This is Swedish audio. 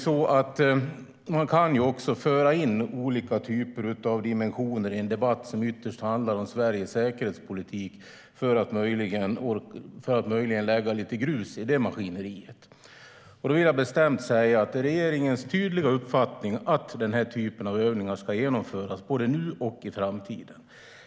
Sedan kan man föra in olika typer av dimensioner i en debatt som ytterst handlar om Sveriges säkerhetspolitik, för att möjligen kasta lite grus i det maskineriet. Då vill jag bestämt säga att det är regeringens tydliga uppfattning att den här typen av övningar ska genomföras både nu och i framtiden.